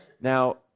Now